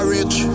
Rich